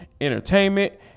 entertainment